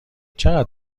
چقدر